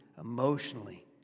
emotionally